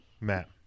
Matt